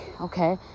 okay